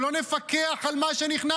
שלא נפקח על מה שנכנס?